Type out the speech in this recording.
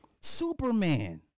Superman